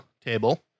table